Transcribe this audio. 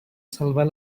salvar